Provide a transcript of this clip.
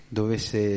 dovesse